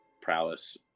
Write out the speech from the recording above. prowess